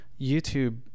YouTube